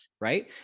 right